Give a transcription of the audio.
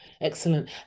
Excellent